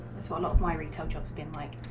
as one of my recent spin like